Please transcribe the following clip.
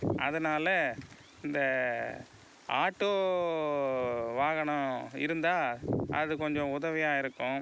அதனால் இந்த ஆட்டோ வாகனம் இருந்தால் அது கொஞ்சம் உதவியாக இருக்கும்